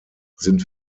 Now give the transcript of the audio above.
sind